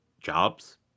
jobs